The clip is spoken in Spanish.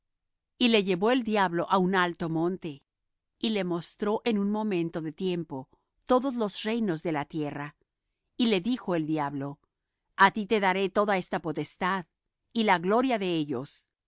y le llevó el diablo á un alto monte y le mostró en un momento de tiempo todos los reinos de la tierra y le dijo el diablo a ti te daré toda esta potestad y la gloria de ellos